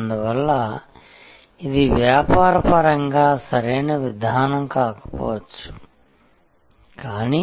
అందువల్ల ఇది వ్యాపార పరంగా సరైన విధానం కాకపోవచ్చు కానీ